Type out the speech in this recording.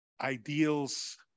ideals